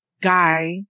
guy